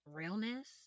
realness